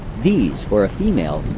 these, for a female,